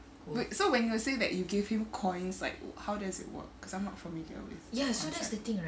wait so when you say that you gave him coins like how does it work cause I'm not familiar with the contract